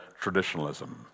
traditionalism